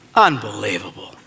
Unbelievable